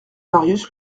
marius